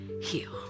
heal